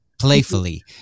Playfully